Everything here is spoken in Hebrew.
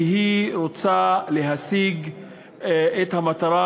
כי היא רוצה להשיג את המטרה,